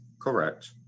correct